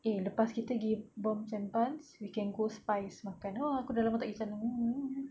eh lepas kita pergi Boms and Buns we can go Spize makan !wah! aku dah lama tak pergi jalan